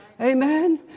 Amen